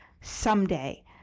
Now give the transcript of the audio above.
someday